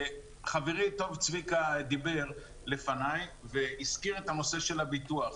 חברי הטוב צביקה דיבר לפניי והזכיר את הנושא של הביטוח.